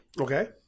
Okay